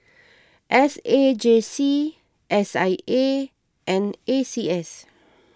S A J C S I A and A C S